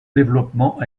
développement